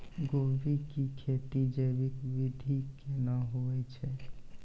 गोभी की खेती जैविक विधि केना हुए छ?